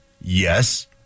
Yes